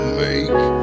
make